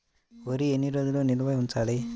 వరి ఎన్ని రోజులు నిల్వ ఉంచాలి?